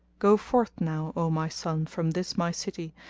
go forth now, o my son, from this my city,